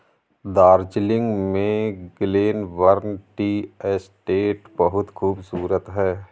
दार्जिलिंग में Glenburn tea estate बहुत खूबसूरत है